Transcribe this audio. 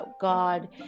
God